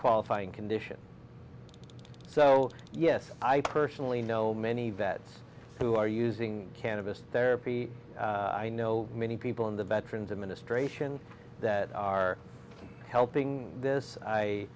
qualifying condition so yes i personally know many vets who are using cannabis therapy i know many people in the veterans administration that are helping this i